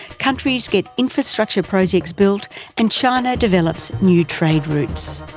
countries get infrastructure projects built and china develops new trade routes.